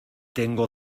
tengo